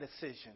decision